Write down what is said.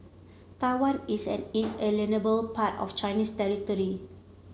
Taiwan is an inalienable part of Chinese territory